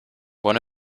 one